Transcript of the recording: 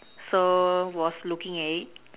so was looking at it